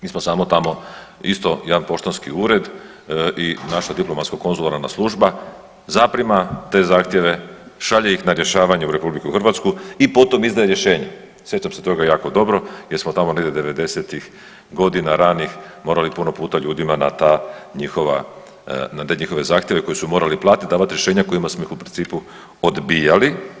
Mi smo samo tamo isto jedan poštanski ured i naša diplomatsko-konzularna služba zaprima te zahtjeve, šalje ih na rješavanje u RH i potom izdaje rješenje, sjećam se toga jako dobro jer smo tamo negdje 90-ih godina ranih morali puno puta ljudima na ta njihova, na te njihove zahtjeve koji su morali platiti, davati rješenja kojima smo ih u principu odbijali.